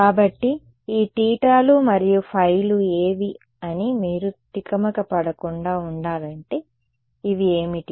కాబట్టి ఈ θ లు మరియులు ϕ లు ఏవి అని మీరు తికమక పడకుండా ఉండాలంటే ఇవి ఏమిటి